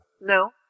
No